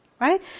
Right